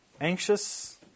Anxious